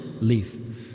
leave